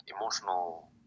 emotional